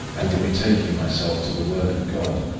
and the betaking myself to the word of god,